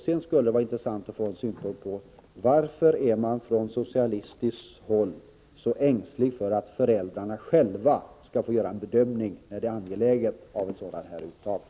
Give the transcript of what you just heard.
Sedan skulle det vara intressant att få en synpunkt på varför man på socialistiskt håll är så ängslig för att låta föräldrarna själva göra en bedömning av när det är angeläget att göra ett uttag.